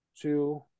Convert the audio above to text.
two